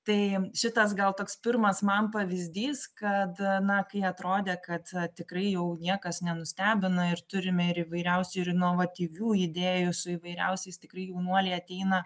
tai šitas gal toks pirmas man pavyzdys kad na kai atrodė kad tikrai jau niekas nenustebina ir turime ir įvairiausių ir inovatyvių idėjų su įvairiausiais tikrai jaunuoliai ateina